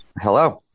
Hello